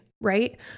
right